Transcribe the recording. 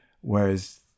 whereas